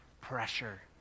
pressure